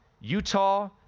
Utah